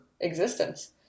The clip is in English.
existence